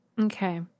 Okay